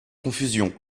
confusion